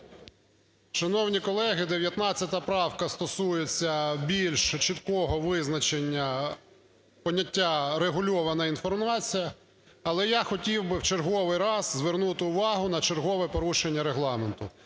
Шановні колеги, 19 правка стосується більш чіткого визначення поняття "регулювана інформація". Але я хотів би в черговий раз звернути увагу на чергове порушення Регламенту.